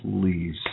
please